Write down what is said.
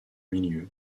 milieu